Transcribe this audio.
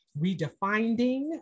redefining